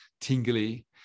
tingly